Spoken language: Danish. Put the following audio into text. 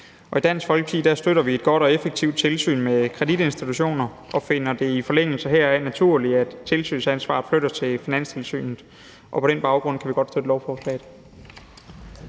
I Dansk Folkeparti støtter vi et godt og effektivt tilsyn med kreditinstitutioner og finder det i forlængelse heraf naturligt, at tilsynsansvaret flyttes til Finanstilsynet. På den baggrund kan vi godt støtte lovforslaget.